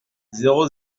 zéro